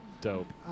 dope